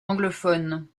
anglophone